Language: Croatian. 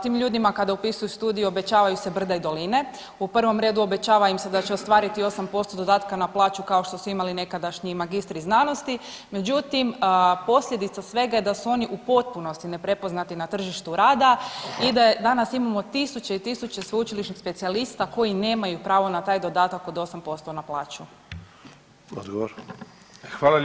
Tim ljudima kada upisuju studij obećavaju se brda i doline, u prvom redu obećava im se da će ostvariti 8% dodatka na plaću kao što su imali nekadašnji magistri znanosti, međutim posljedica svega je da su oni u potpunosti neprepoznati na tržištu rada i da danas imamo tisuće i tisuće sveučilišnih specijalista koji nemaju pravo na taj dodatak od 8% na plaću.